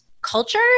culture